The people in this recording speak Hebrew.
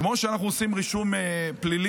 כמו שאנחנו עושים רישום פלילי,